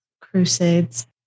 crusades